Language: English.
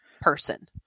person